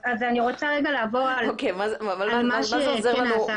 אני רוצה לעבור על מה שכן נעשה בשנה וחצי האחרונות.